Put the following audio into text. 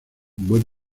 buen